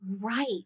Right